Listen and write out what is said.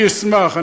אני אשמח.